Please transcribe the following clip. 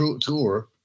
tour